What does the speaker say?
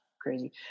crazy